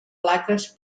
plaques